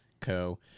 Co